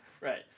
Right